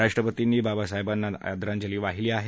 राष्ट्रपतीनी बाबासाहेबांना आदरांजली वाहिली आहे